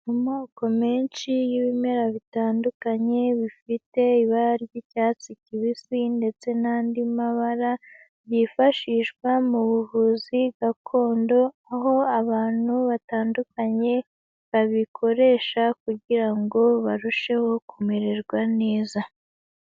Amoko menshi y'ibimera bitandukanye, bifite ibara ry'icyatsi kibisi ndetse n'andi mabara, byifashishwa mu buvuzi gakondo, aho abantu batandukanye babikoresha kugira ngo barusheho kumererwa neza.